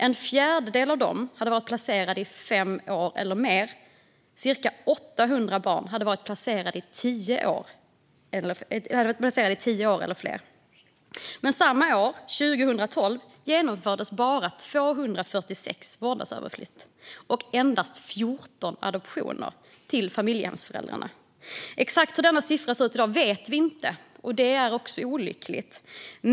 En fjärdedel av dem hade varit placerade i fem år eller längre. Cirka 800 barn hade varit placerade i tio år eller längre. Samma år, 2012, genomfördes dock bara 246 vårdnadsöverflyttningar och endast 14 adoptioner till familjehemsföräldrarna. Exakt hur dessa siffror ser ut i dag vet vi inte, vilket är olyckligt.